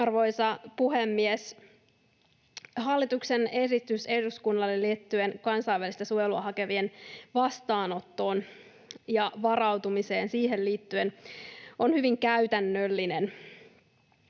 Arvoisa puhemies! Hallituksen esitys eduskunnalle liittyen kansainvälistä suojelua hakevien vastaanottoon ja varautumiseen siihen liittyen on hyvin käytännöllinen.